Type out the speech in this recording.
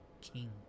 King